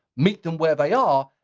meet them where they are,